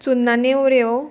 चुन्नां नेवऱ्यो